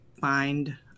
find